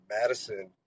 Madison